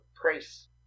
price